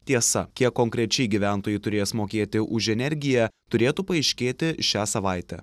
tiesa kiek konkrečiai gyventojai turės mokėti už energiją turėtų paaiškėti šią savaitę